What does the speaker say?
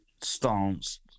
Stance